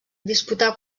disputà